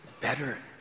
better